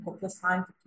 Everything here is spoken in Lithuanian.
kokie santykiai